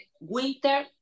winter